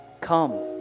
Come